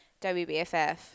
WBFF